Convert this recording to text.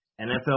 NFL